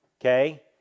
Okay